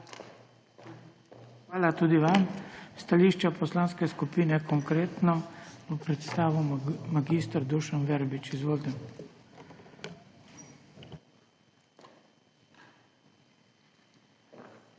Hvala tudi vam. Stališča Poslanske skupine Konkretno bo predstavil mag. Dušan Verbič. Izvolite.